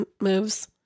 moves